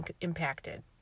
impacted